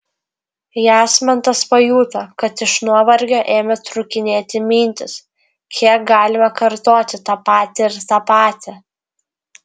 jasmantas pajuto kad iš nuovargio ėmė trūkinėti mintys kiek galima kartoti tą patį ir tą patį